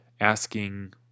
asking